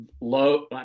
low